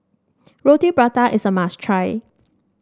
Roti Prata is a must try